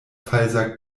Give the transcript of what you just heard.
falsa